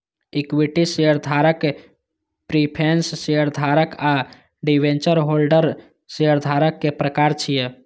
equity शेयरधारक, preference शेयरधारक आ डिवेंचर होल्डर शेयरधारक के प्रकार छियै